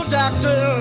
doctor